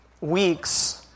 weeks